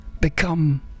Become